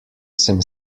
sem